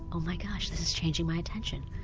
oh my gosh, this is changing my attention,